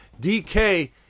DK